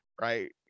right